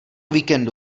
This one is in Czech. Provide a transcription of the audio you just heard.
víkendu